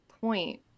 point